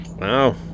wow